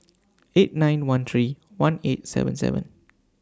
eight nine one three one eight seven seven